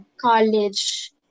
college